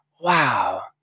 wow